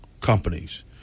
companies